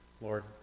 Lord